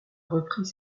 repris